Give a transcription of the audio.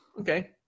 Okay